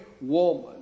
woman